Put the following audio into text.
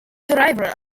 driver